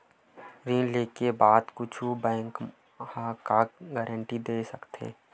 ऋण लेके बाद कुछु बैंक ह का गारेंटी दे सकत हे?